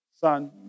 son